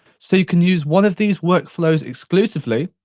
so, you can use one of these workflows exclusively.